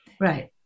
Right